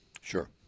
Sure